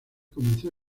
comenzó